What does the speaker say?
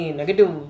negative